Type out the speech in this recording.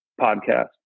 podcast